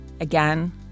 Again